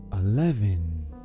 Eleven